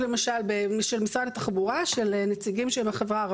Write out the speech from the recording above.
מערכת ממוחשבת שתעשה מה?